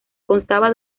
constaba